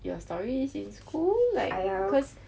your stories in school like cause